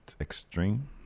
extreme